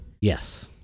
Yes